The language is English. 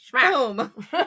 boom